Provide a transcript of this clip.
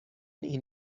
این